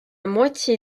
moitié